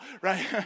right